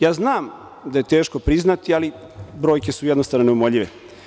Ja znam da je teško priznati, ali brojke su jednostavno neumoljive.